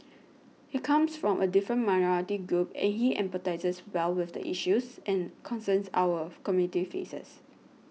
he comes from a different minority group and he empathises well with the issues and concerns our community faces